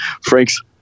Frank's